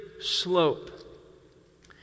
slope